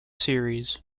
series